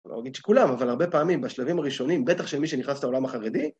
אני לא אגיד שכולם, אבל הרבה פעמים, בשלבים הראשונים, בטח שמי שנכנס לעולם החרדי...